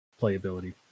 playability